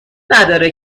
نداره